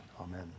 Amen